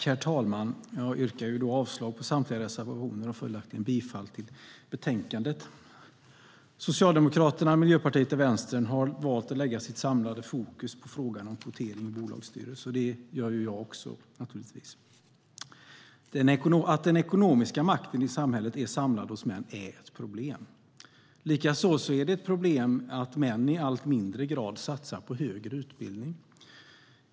Herr talman! Jag yrkar avslag på samtliga reservationer, och följaktligen yrkar jag bifall till utskottets förslag i betänkandet. Socialdemokraterna, Miljöpartiet och Vänsterpartiet har valt att lägga sitt samlade fokus på frågan om kvotering i bolagsstyrelser, och det gör jag också. Att den ekonomiska makten i samhället är samlad hos män är ett problem. Likaså är det ett problem att män i allt mindre grad satsar på högre utbildning.